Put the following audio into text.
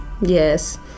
Yes